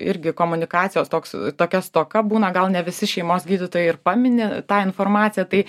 irgi komunikacijos toks tokia stoka būna gal ne visi šeimos gydytojai ir pamini tą informaciją tai